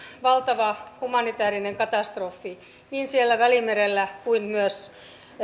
valtava humanitäärinen katastrofi niin siellä välimerellä kuin myös